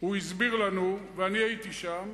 הוא הסביר לנו, ואני הייתי שם,